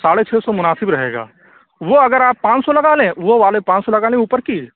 ساڑھے چھ سو مناسب رہے گا وہ اگر آپ پانچ سو لگا لیں وہ والے پانچ سو لگا لیں اوپر کی